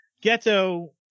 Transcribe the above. Ghetto